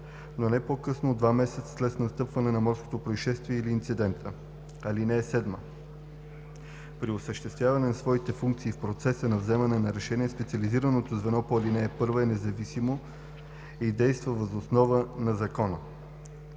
но не по-късно от два месеца след настъпване на морското произшествие или инцидента. (7) При осъществяване на своите функции и в процеса на вземане на решения специализираното звено по ал. 1 е независимо и действа само въз основа на закона.